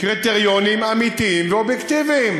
קריטריונים אמיתיים ואובייקטיביים.